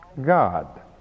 God